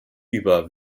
über